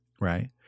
right